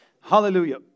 Hallelujah